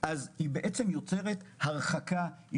בעצם יוצרת הרחקה,